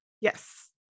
yes